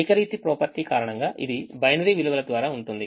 ఏకరీతి property కారణంగా ఇది బైనరీ విలువల ద్వారా ఉంటుంది